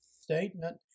statement